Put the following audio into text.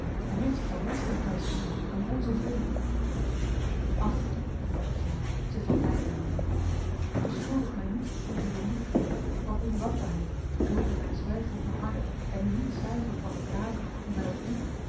hij heeft zich den laster prijsgesteld om onzentwille ach vervolgde zij zich tot mij wendende beschuldig mij niet van onedelmoedigheid van ondankbaarheid zoo ik in mijn zwijgen volharde en u niet zuivere van de blaam die men op u